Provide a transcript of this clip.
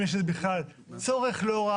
אני גם חושב שהיא לא כל כך ראויה,